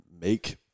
make